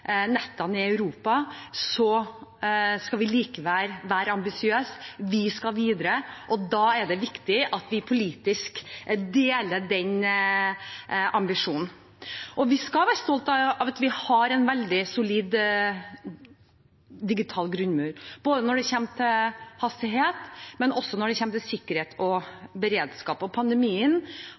nettene i Europa – kanskje det beste – skal vi være ambisiøse. Vi skal videre, og da er det viktig at vi politisk deler den ambisjonen. Vi skal være stolte av at vi har en veldig solid digital grunnmur – både når det gjelder hastighet, og når det gjelder sikkerhet og beredskap. Pandemien